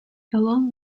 along